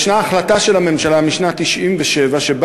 ישנה החלטה של הממשלה משנת 1997 שבה